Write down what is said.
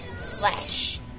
slash